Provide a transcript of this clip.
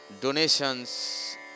donations